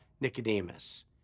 Nicodemus